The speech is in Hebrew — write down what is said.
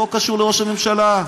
לא קשור לראש הממשלה,